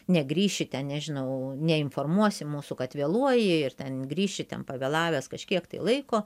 negrįši ten nežinau neinformuosi mūsų kad vėluoji ir ten grįši ten pavėlavęs kažkiek laiko